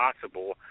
possible